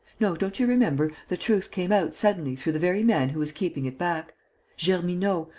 no, don't you remember, the truth came out suddenly through the very man who was keeping it back germineaux,